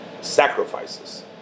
sacrifices